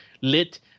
lit